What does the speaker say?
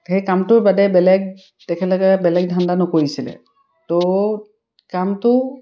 সেই কামটোৰ বাদে বেলেগ তেখেতসকলে বেলেগ ধান্দা নৰিছিলে তো কামটো